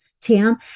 Tim